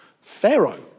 Pharaoh